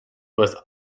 was